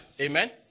Amen